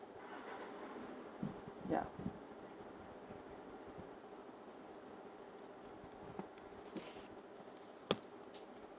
ya